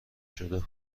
شده